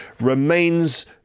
remains